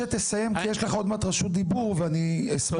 תודה.